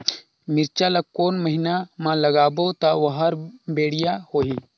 मिरचा ला कोन महीना मा लगाबो ता ओहार बेडिया होही?